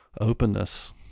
openness